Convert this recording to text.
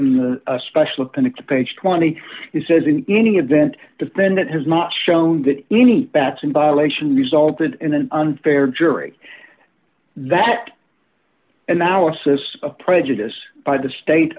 in the special appendix page twenty it says in any event defendant has not shown that any batson violation resulted in an unfair jury that analysis of prejudice by the state